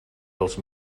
dels